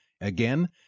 Again